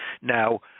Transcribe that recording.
Now